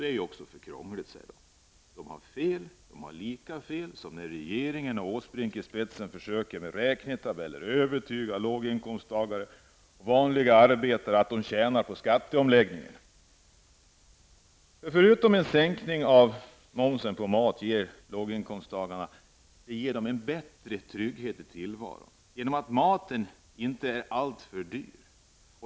Det är också för krångligt, säger de. De har fel. De har lika fel som när regeringen med Erik Åsbrink i spetsen med räknetabeller försöker övertyga låginkomsttagare, vanliga arbetare, att de tjänar på skatteomläggningen. En sänkning av momsen på mat ger låginkomsttagarna en bättre trygghet i tillvaron, genom att maten inte är alltför dyr.